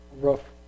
rough